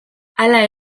hala